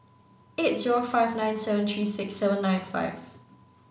eight zero five nine seven three six seven nine five